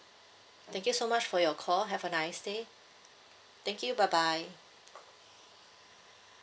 thank you so much for your call have a nice day thank you bye bye